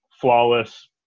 flawless